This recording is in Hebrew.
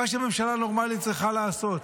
מה שממשלה נורמלית צריכה לעשות.